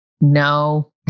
No